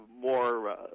more